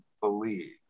believe